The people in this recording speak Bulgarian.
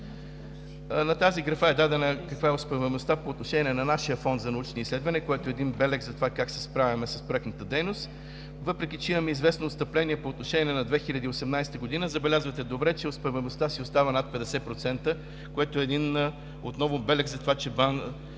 В тази графа е дадена успеваемостта по отношение на нашия Фонд за научни изследвания, което е един белег за това как се справяме с проектната дейност. Въпреки че имаме известно отстъпление по отношение на 2018 г., забелязвате добре, че успеваемостта си остава над 50%, което отново е един белег за това, че БАН